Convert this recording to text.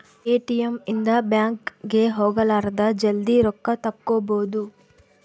ATM ಇಂದ bank ಗೆ ಹೋಗಲಾರದ ಜಲ್ದೀ ರೊಕ್ಕ ತೆಕ್ಕೊಬೋದು